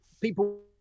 People